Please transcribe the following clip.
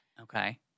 Okay